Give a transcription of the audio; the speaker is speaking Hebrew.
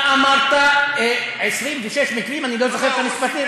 אתה אמרת 26 מקרים, אני לא זוכר את המספרים,